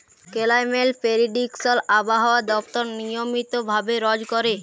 climate prediction আবহাওয়া দপ্তর নিয়মিত ভাবে রজ ক্যরে